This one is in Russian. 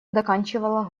доканчивала